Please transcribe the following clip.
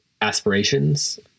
aspirations